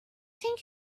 think